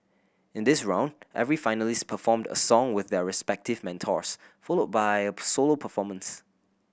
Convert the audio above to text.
in this round every finalist performed a song with their respective mentors followed by solo performance